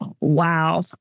wow